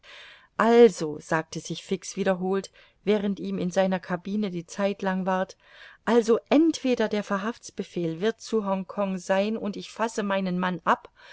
also sagte sich fix wiederholt während ihm in seiner cabine die zeit lang ward also entweder der verhaftsbefehl wird zu hongkong sein und ich fasse meinen mann ab